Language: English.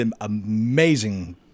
Amazing